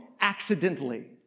accidentally